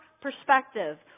perspective